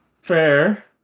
fair